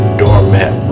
doormat